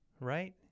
right